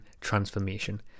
transformation